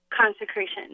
consecration